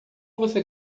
você